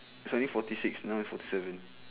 it's only forty six now is forty seven